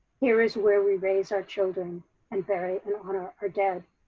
here is where we raise our children and bury and honor our dead.